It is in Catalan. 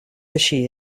així